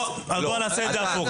בוא נעה את זה הפוך.